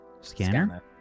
Scanner